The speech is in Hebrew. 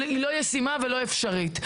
היא לא ישימה והיא לא אפשרית.